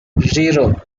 zero